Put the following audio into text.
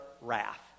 wrath